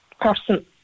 person